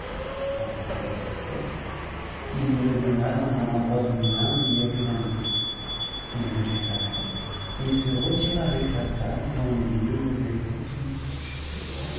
en parlant de cette sorte il le mena dans un endroit du moulin où il y avait un lit il le laissa là et se retira avec sa femme dans le lieu où ils avaient coutume de coucher